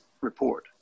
report